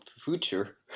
future